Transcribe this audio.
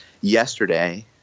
Yesterday